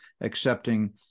accepting